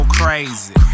crazy